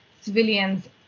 civilians